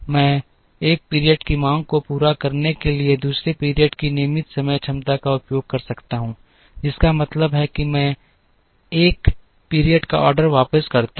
मैं 1 पीरियड की मांग को पूरा करने के लिए 2 पीरियड की नियमित समय क्षमता का उपयोग कर सकता हूं जिसका मतलब है कि मैं 1 पीरियड का ऑर्डर वापस करता हूं